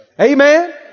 amen